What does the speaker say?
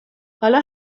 حالا